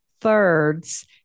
thirds